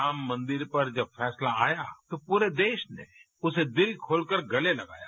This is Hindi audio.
राम मंदिर पर जब फैसला आया तो पूरे देश ने उसे दिल खोलकर गले लगाया